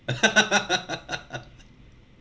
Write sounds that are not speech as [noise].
[laughs]